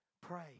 Pray